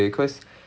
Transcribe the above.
mm